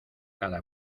cada